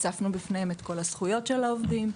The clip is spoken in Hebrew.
הצפנו בפניהם את כל הזכויות של העובדים,